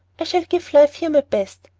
i shall give life here my best,